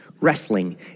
Wrestling